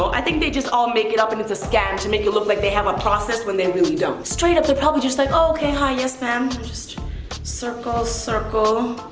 i think they just all make it up and it's a scam to make it look like they have a process when they really don't. straight up they're probably just like, okay. hi. yes, ma'am. circle, circle.